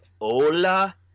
Hola